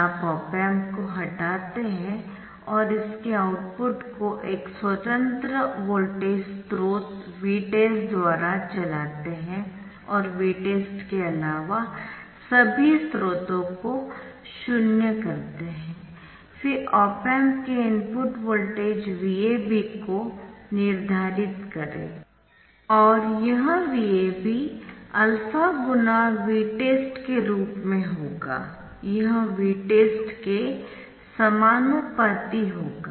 आप op amp को हटाते है और इसके आउटपुट को एक स्वतंत्र वोल्टेज स्रोत Vtest द्वारा चलाते है और Vtest के अलावा सभी स्वतंत्र स्रोतों को शून्य करते हैफिर ऑप एम्प के इनपुट वोल्टेज VAB को निर्धारित करें और यह VAB α Vtest के रूप में होगा यह Vtest के समानुपाती होगा